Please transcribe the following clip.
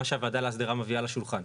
מה שהוועדה להסדרה מביאה לשולחן.